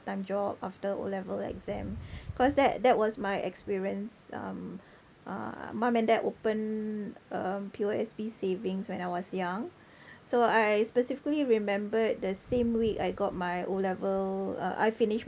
time job after O level exam cause that that was my experience um uh mum and dad open um P_O_S_B savings when I was young so I specifically remembered the same week I got my O level uh I finished